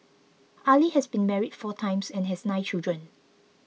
Ali has been married four times and has nine children